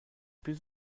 plus